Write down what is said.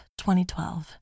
2012